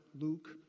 Luke